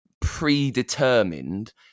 predetermined